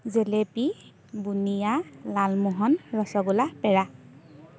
জেলেপী বুন্দিয়া লালমোহন ৰসগোল্লা পেৰা